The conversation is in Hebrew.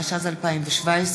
התשע"ז 2017,